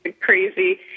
crazy